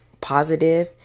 positive